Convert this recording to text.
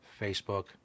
Facebook